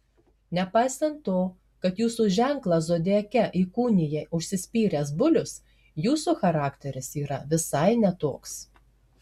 nepaisant to kad jūsų ženklą zodiake įkūnija užsispyręs bulius jūsų charakteris yra visai ne toks